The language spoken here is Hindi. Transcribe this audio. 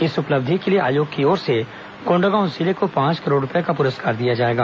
इस उपलब्धि के लिए आयोग की ओर से कोण्डागांव जिले को पांच करोड़ रूपए का पुरस्कार दिया जाएगा